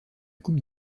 coupe